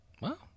Wow